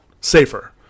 Safer